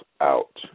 out